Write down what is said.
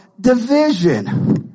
division